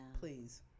Please